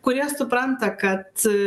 kurie supranta kad